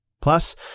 Plus